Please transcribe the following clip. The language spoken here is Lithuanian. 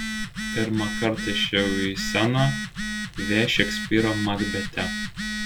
pirmą kartą išėjau į sceną v šekspyro makbete